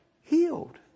healed